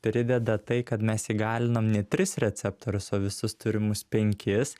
prideda tai kad mes įgalinam ne tris receptorius o visus turimus penkis